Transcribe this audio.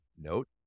note